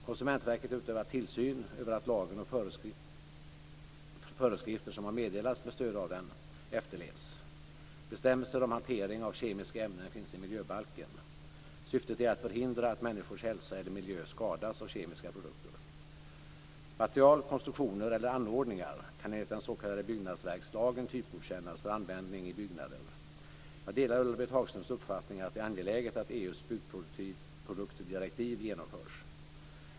Konsumentverket utövar tillsyn över att lagen och föreskrifter som har meddelats med stöd av den efterlevs. Bestämmelser om hantering av kemiska ämnen finns i miljöbalken. Syftet är att förhindra att människors hälsa eller miljön skadas av kemiska produkter. Material, konstruktioner eller anordningar kan enligt den s.k. byggnadsverkslagen typgodkännas för användning i byggnader. Jag delar Ulla-Britt Hagströms uppfattning att det är angeläget att EU:s byggproduktdirektiv genomförs.